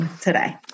today